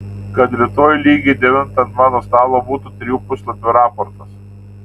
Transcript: kad rytoj lygiai devintą ant mano stalo būtų trijų puslapių raportas